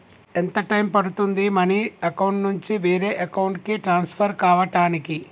ఎంత టైం పడుతుంది money account నుంచి వేరే అకౌంట్ కి ట్రాన్స్ఫర్ కావటానికి?